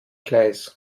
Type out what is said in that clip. gleis